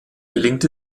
gelingt